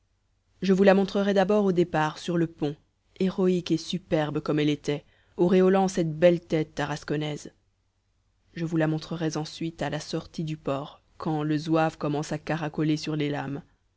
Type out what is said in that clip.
je vous la montrerais d'abord au départ sur le pont héroïque et superbe comme elle était auréolant cette belle tête tarasconnaise je vous la montrerais ensuite à la sortie du port quand le zouave commence à caracoler sur les lames